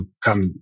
come